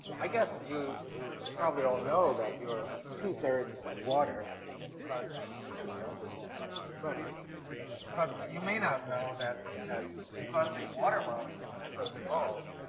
i guess you you probably all know that you're two-thirds water but you do, don't you? right. but but you may not know that that because the water molecule is so small,